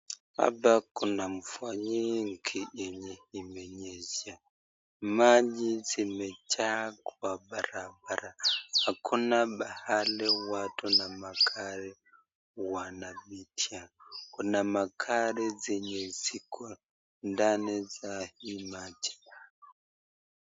Hapa kuna mvua nyingi yenye imenyeshya. Maji zimejaa kwa barabara. Hakuna pahali watu na magari wanapitia. Kuna magari zenye ziko ndani za hii maji.